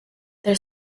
their